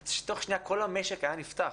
זה שתוך שנייה כל המשק היה נפתח.